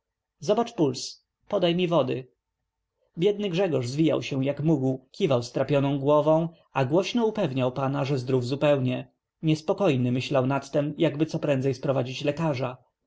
podaj mi wody biedny grzegórz zwijał się jak mógł kiwał strapioną głową a głośno upewniał pana że zdrów zupełnie niespokojny myślał nad tem jakby coprędzej sprowadzić lekarza